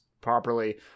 properly